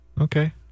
Okay